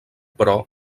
però